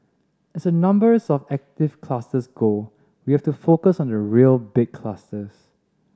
as the numbers of active clusters go we have to focus on the real big clusters